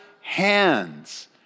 hands